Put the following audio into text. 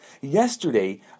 Yesterday